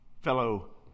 fellow